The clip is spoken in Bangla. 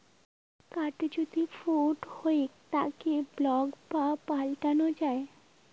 কার্ড যদি লুট হউক তাকে ব্লক বা পাল্টানো যাই